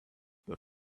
the